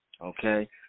Okay